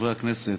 חברי הכנסת,